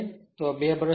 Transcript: તેથી ત્યાં 2 બ્રશ હશે